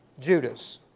Judas